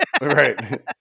Right